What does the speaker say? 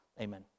Amen